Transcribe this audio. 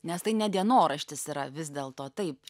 nes tai ne dienoraštis yra vis dėl to taip